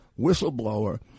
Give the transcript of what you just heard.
whistleblower